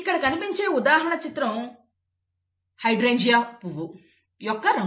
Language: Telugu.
ఇక్కడ కనిపించే ఉదాహరణ చిత్రం హైడ్రేంజ పువ్వు యొక్క రంగు